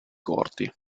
corti